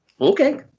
okay